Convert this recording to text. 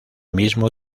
mismo